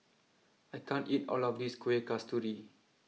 I can't eat all of this Kueh Kasturi